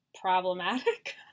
problematic